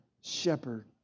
shepherd